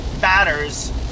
batters